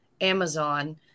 Amazon